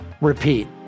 Repeat